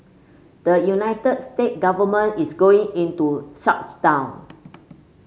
the United States government is going into shutdown